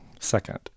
Second